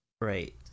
Right